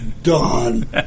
Done